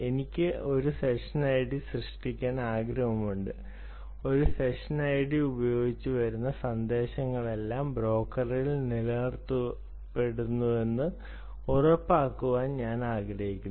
എനിക്ക് ഒരു സെഷൻ സൃഷ്ടിക്കാൻ ആഗ്രഹമുണ്ട് ഈ സെഷൻ ഉപയോഗിച്ച് വരുന്ന സന്ദേശങ്ങളെല്ലാം ബ്രോക്കറിൽ നിലനിർത്തുന്നുവെന്ന് ഉറപ്പാക്കാൻ ഞാൻ ആഗ്രഹിക്കുന്നു